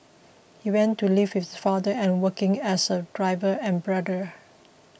he went to live with his father and working as a driver and brother